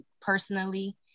personally